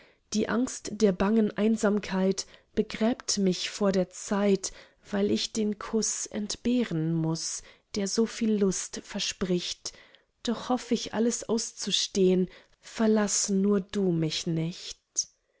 die angst der bangen einsamkeit begräbt mich vor der zeit weil ich den kuß entbehren muß der so viel lust verspricht doch hoff ich alles auszustehn verlass nur du mich nicht